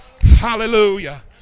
Hallelujah